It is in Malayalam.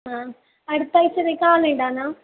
ആ അടുത്ത ആഴ്ചത്തേക്ക് ആളെ ഇടാനാണോ